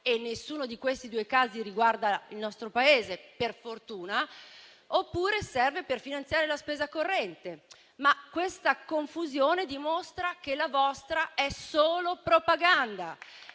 - nessuno di questi due casi riguarda il nostro Paese, per fortuna - oppure serve per finanziare la spesa corrente. Questa confusione dimostra che la vostra è solo propaganda.